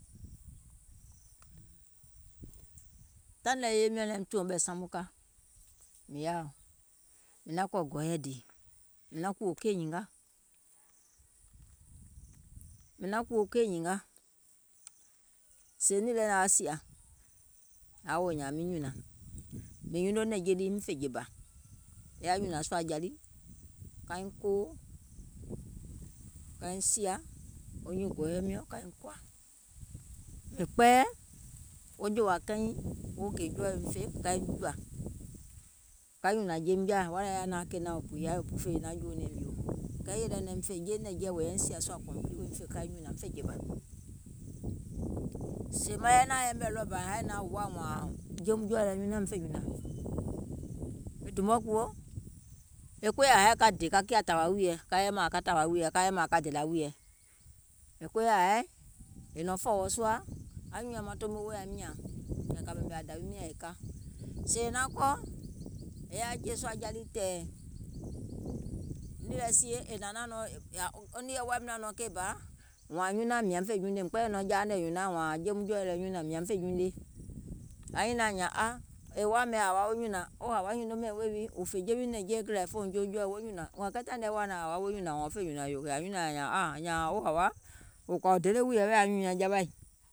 Taìŋ nɛ yèye miɔ̀ŋ naim tùɔ̀ŋ ɓɛ̀ samuka mìŋ yaàa, mìŋ kɔ̀ gɔɔyɛ dìì, mìŋ naŋ kùwò keì nyìnga, mìŋ naŋ kùwò keì nyìnga, sèè nìì lɛ naȧŋ sìà, aŋ woò nyȧȧŋ miŋ nyùnȧŋ, mìŋ nyuno nɛ̀ŋje lii miŋ fè jè bà, mìŋ yaȧ nyùnȧŋ sùȧ ja lii kaiŋ kowo, kaiŋ sìȧ, wo nyuùŋ gɔ̀ɔ̀yɛ miɔ̀ŋ, mìŋ kpɛɛyɛ̀, wo jòwȧ kɛnyiìŋ woo gè jɔɔɛ̀ woim fè kaiŋ jùȧ, ka nyùnȧŋ jeim jaȧ wheather è yaȧ naȧŋ kènaiŋ bù yaȧ bù fè è naŋ jòò nɛ̀ɛ̀ŋ miìŋ, kɛɛ yèlɛ naim fè jeiŋ nɛ̀ŋjeɛ̀, wò yȧa nìŋ sìȧ sùȧ complete kaiŋ nyùnȧŋ miŋ fè jè bȧ gbiŋ, sèè maŋ yɛi naȧŋ yɛmɛ̀ ɗɔɔbȧ è haì naȧŋ wò woȧ wȧȧŋ, jeum jɔɔɛ̀ lɛɛ̀ nyunȧŋ, miŋ fè nyùnȧŋ, e dùùm mɔɛ kuwo, e koya haì ka dè ka kiȧ tȧwȧ wùìyèɛ, ka yɛi mȧȧŋ ka tȧwȧ wùìyèɛ, ka yɛi mȧȧŋ ka dèlȧ wùìyèɛ, e koya haì è nɔ̀ŋ fɔ̀ɔ̀wɔ̀ sùȧ, anyùùŋ nyaŋ maŋ tomo weèiŋ aum nyȧȧŋ, kɛ̀ kȧ ɓèmè dȧwiim nyȧŋ è ka, sèè è naŋ kɔ̀, è yaȧ jè sùȧ ja lii tɛ̀ɛ̀, nìì lɛ sie è hnȧŋ naȧŋ nɔŋ wo nìeɔ̀ woȧìm naȧŋ nɔŋ keì bà, wȧȧŋ nyunȧŋ mìŋ kpɛɛyɛ̀ nɔŋ jouŋ jaȧ nyùnaŋ wààŋ jeum jɔɔɛ̀ lɛɛ̀ nyunȧŋ mìȧŋ miŋ fè nyunie, aŋ nyùùŋ nyaŋ nyȧȧŋ a, è woȧ mɛ̀iŋ hȧwa nyùnȧŋ wo hȧwa nyuno mɛ̀iŋ weè wi, wò fè je wi nɛ̀ŋjeɛ̀ e kìlȧ è fòuŋ jewi jɔɔɛ̀ wo nyùnȧŋ, wȧȧŋ kɛɛ taìŋ nɛɛ̀ aŋ woȧ naȧŋ hȧwa wèè wo nyùnȧŋ wȧȧŋ wo fè nyùnȧŋ, yèè aŋ nyiniȧŋ nyȧŋ nyȧȧŋ wo hàwa kɔ̀ȧ dele wùìyèɛ wèè anyùùŋ nyaŋ jawaì